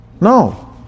No